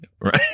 right